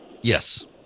Yes